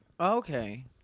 Okay